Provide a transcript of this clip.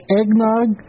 eggnog